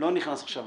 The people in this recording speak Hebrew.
עכשיו